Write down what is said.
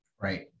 right